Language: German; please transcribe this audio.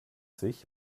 sich